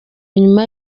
nyuma